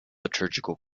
liturgical